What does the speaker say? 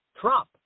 Trump